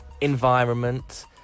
environment